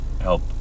help